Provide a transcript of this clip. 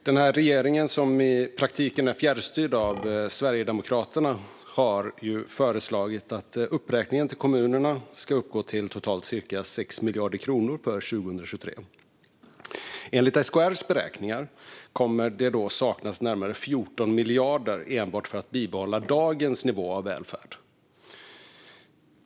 Fru talman! Denna regering, som i praktiken är fjärrstyrd av Sverigedemokraterna, har föreslagit att uppräkningen till kommunerna ska uppgå till totalt cirka 6 miljarder kronor för 2023. Enligt SKR:s beräkningar kommer det då att saknas närmare 14 miljarder enbart för att kunna bibehålla dagens nivå av välfärd.